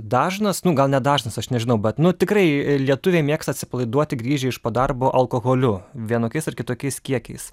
dažnas nu gal nedažnas aš nežinau bet nu tikrai lietuviai mėgsta atsipalaiduoti grįžę iš po darbo alkoholiu vienokiais ar kitokiais kiekiais